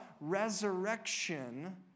resurrection